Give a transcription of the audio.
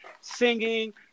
singing